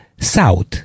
SOUTH